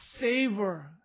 savor